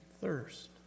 thirst